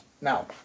Now